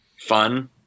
fun